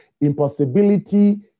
Impossibility